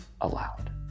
allowed